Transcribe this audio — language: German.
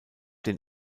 den